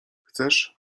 chcesz